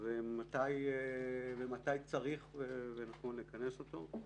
ומתי צריך ונכון לכנס אותו.